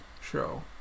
show